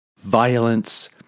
violence